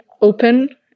open